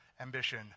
ambition